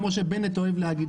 כמו שבנט אוהב להגיד,